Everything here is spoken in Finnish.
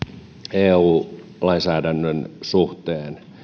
eu lainsäädännön suhteen